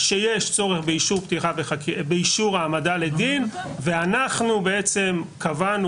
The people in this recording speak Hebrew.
שיש צורך באישור העמדה לדין ואנחנו בעצם קבענו